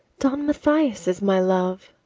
don mathias is my love!